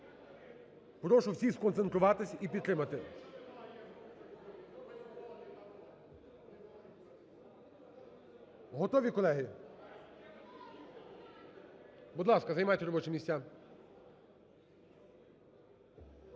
Прошу всіх сконцентруватись і підтримати. Готові, колеги? Будь ласка, займайте робочі місця.